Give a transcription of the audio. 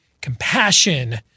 compassion